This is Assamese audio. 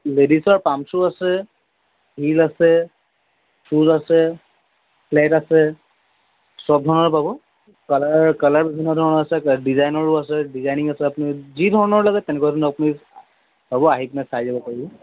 লেডিছৰ পাম্পচু আছে হিল আছে শ্বুজ আছে ফ্লেট আছে সব ধৰণৰ পাব কালাৰ কালাৰ বিভিন্ন ধৰণৰ আছে ডিজাইনৰো আছে ডিজাইনিং আছে আপুনি যি ধৰণৰ লাগে তেনেকুৱা ধৰণ আপুনি পাব আহিকিনে চাই যাব পাৰিব